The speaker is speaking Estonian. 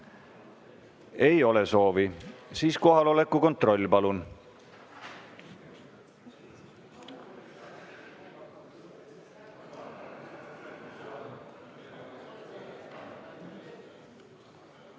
Ei ole soovi. Siis kohaloleku kontroll, palun!